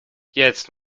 jetzt